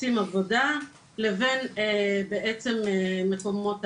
אני בערך הכי מבוגר פה.